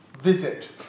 visit